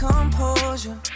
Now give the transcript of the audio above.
Composure